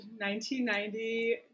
1990